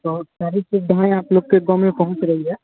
तो सारी सुविधाएँ आप लोग के गाँव में पहुँच रही हैं